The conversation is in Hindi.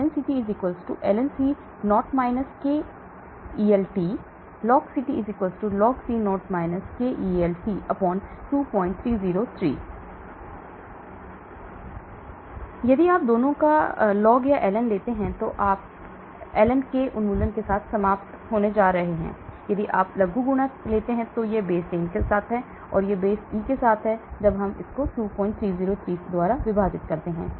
lnCt lnCo Kel t logCt logCo Kel t 2303 यदि आप दोनों का ln लेते हैं तो आप ln K उन्मूलन के साथ समाप्त होने जा रहे हैं यदि आप लघुगणक लेते हैं तो यह बेस 10 के साथ है यह बेस ई के साथ है हम 2303 द्वारा विभाजित करते हैं